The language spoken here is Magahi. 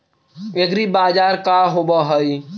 एग्रीबाजार का होव हइ?